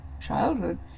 childhood